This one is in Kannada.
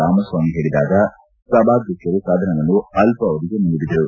ರಾಮಸ್ವಾಮಿ ಹೇಳಿದಾಗ ಸಭಾಧ್ಯಕ್ಷರ ಸದನವನ್ನು ಅಲ್ಪಾವಧಿಗೆ ಮುಂದೂಡಿದರು